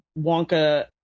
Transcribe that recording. Wonka